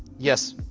yes.